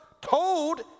told